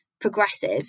progressive